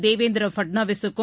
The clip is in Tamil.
தேவேந்திர பட்நாவிசுக்கும்